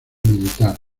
militar